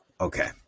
okay